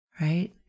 Right